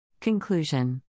Conclusion